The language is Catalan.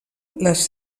les